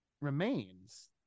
remains